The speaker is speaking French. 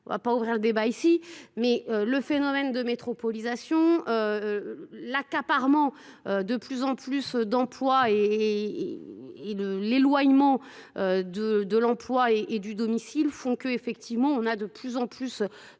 on va pas ouvrir le débat ici. Mais le phénomène de métropolisation, Euh l'accaparement euh euh de plus en plus d'emplois. Et et le l'éloignement euh, de, de l'emploi et du domicile font que, effectivement, on a de plus en plus de